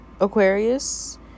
Aquarius